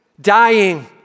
dying